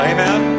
Amen